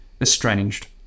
estranged